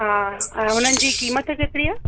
हा ऐं उन्हनि जी क़ीमत केतिरी आहे